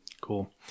Cool